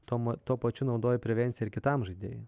tom tuo pačiu naudoji prevenciją ir kitam žaidėjui